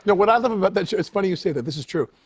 what i love about that show it's funny you say that. this is true.